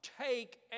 Take